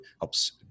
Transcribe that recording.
helps